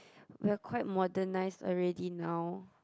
we're quite modernized already now